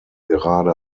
gerade